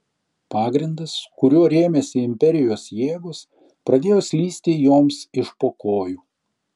pagrindas kuriuo rėmėsi imperijos jėgos pradėjo slysti joms iš po kojų